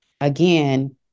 again